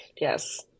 Yes